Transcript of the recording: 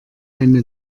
eine